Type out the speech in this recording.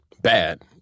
bad